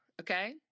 Okay